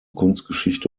kunstgeschichte